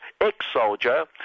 ex-soldier